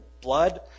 blood